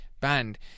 banned